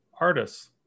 artists